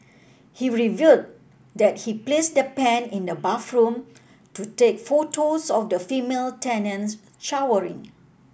he revealed that he placed the pen in the bathroom to take photos of the female tenants showering